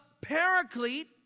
paraclete